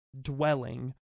dwelling